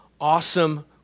awesome